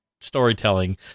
storytelling